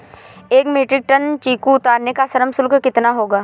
एक metric ton चीकू उतारने का श्रम शुल्क कितना होगा?